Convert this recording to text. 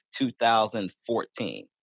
2014